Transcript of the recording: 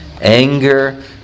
anger